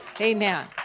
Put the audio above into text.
Amen